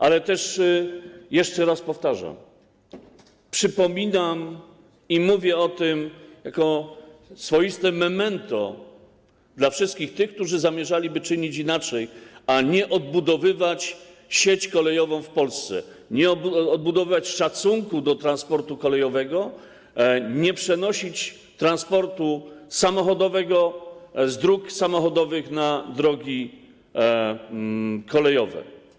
Ale też jeszcze raz to powtarzam, przypominam i mówię o tym jako o swoistym memento dla wszystkich tych, którzy zamierzaliby czynić inaczej, a nie odbudowywać sieci kolejowej w Polsce, nie odbudowywać szacunku do transportu kolejowego, nie przenosić transportu samochodowego z dróg samochodowych na drogi kolejowe.